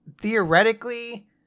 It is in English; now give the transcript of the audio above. theoretically